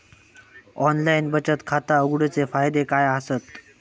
Online बचत खाता उघडूचे फायदे काय आसत?